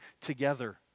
together